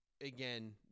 again